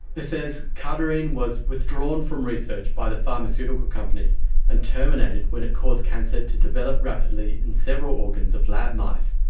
it says cardarine was withdrawn from research by the pharmaceutical company and terminated when it caused cancer to develop rapidly in several organs of lab mice.